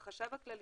זה החשב הכללי,